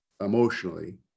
emotionally